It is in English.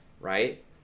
right